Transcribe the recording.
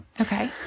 Okay